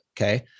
Okay